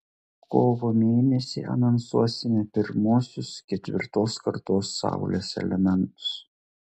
kovo mėnesį anonsuosime pirmuosius ketvirtos kartos saulės elementus